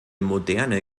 moderne